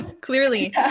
Clearly